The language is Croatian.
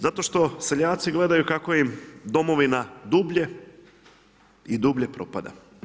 Zato što seljaci gledaju kako im domovina dublje, i dublje propada.